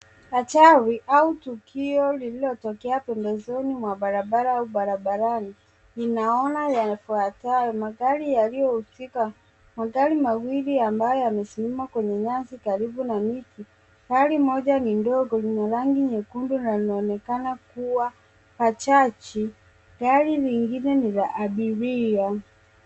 Ajali au tukio lililotokea pembezoni mwa barabara au barabarani inaona yafuatayo. Magari yaliyohusika, magari mawili ambayo yamesimama kwenye nyasi karibu na miti. Gari moja ni ndogo lenye rangi nyekundu na linaonekana kuwa bajaji. Gari jingine ni la abiria.